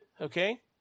Okay